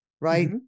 right